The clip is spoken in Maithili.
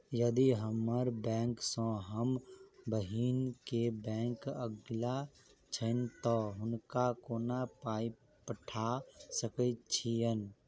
यदि हम्मर बैंक सँ हम बहिन केँ बैंक अगिला छैन तऽ हुनका कोना पाई पठा सकैत छीयैन?